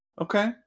Okay